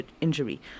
injury